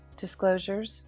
disclosures